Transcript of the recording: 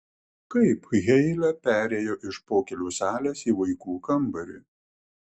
kaip heile perėjo iš pokylių salės į vaikų kambarį